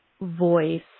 voice